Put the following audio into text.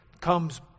comes